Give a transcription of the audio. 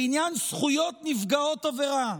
בעניין זכויות נפגעות עבירה,